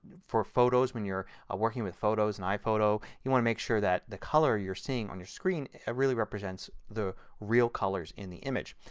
for photos when you are ah working with photos in iphoto you want to make sure that the color you are seeing on the screen really represents the real colors in the image.